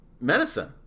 medicine